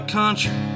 country